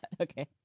Okay